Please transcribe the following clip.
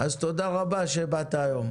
אז תודה רבה שבאת היום.